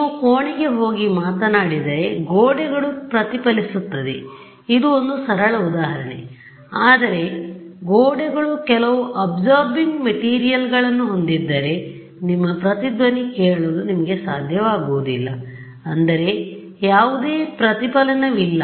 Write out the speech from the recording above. ನೀವು ಕೋಣೆಗೆ ಹೋಗಿ ಮಾತನಾಡಿದರೆ ಗೋಡೆಗಳು ಪ್ರತಿಫಲಿಸುತ್ತದೆ ಇದು ಒಂದು ಸರಳ ಉದಾಹರಣೆ ಆದರೆ ಗೋಡೆಗಳು ಕೆಲವು ಅಬ್ಸೋರ್ಬಿಂಗ್ ಮೆಟೀರಿಯಲ್ಗಳನ್ನುಹೊಂದಿದ್ದರೆ ನಿಮ್ಮ ಪ್ರತಿಧ್ವನಿ ಕೇಳಲು ನಿಮಗೆ ಸಾಧ್ಯವಾಗುವುದಿಲ್ಲ ಅಂದರೆ ಯಾವುದೇ ಪ್ರತಿಫಲನವಿಲ್ಲ